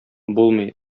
булмый